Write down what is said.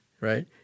right